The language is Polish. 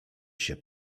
się